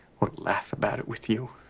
or laugh about it with you